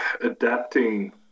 adapting